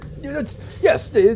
Yes